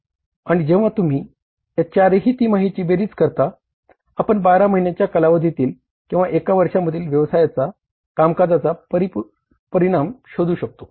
आणि जेंव्हा तुम्ही या 4 ही तिमाहीची बेरीज करता आपण 12 महिन्यांच्या कालावधीतील किंवा एका वर्षामधील व्यवसायाच्या कामकाजाचा परिणाम शोधू शकतो